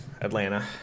Atlanta